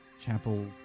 Chapel